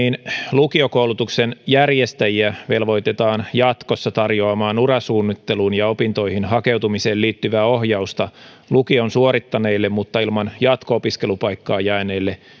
lukiokoulutuksen järjestäjiä velvoitetaan jatkossa tarjoamaan urasuunnitteluun ja opintoihin hakeutumiseen liittyvää ohjausta lukion suorittaneille mutta ilman jatko opiskelupaikkaa jääneille